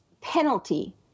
penalty